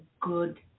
good